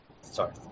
Sorry